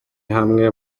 hamwe